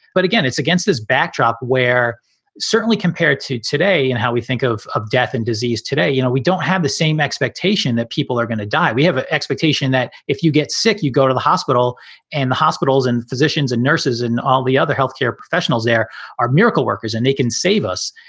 but again, it's against this backdrop where certainly compared to today and how we think of of death and disease today, you know, we don't have the same expectation that people are gonna die. we have an expectation that if you get sick, you go to the hospital and the hospitals and physicians and nurses and all the other health care professionals. there are miracle workers and they can save us.